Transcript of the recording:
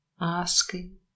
asking